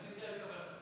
על קבלת ההחלטה,